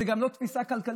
זו גם לא תפיסה כלכלית,